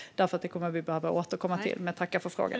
Det behöver vi återkomma till, men jag tackar för frågan.